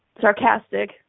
sarcastic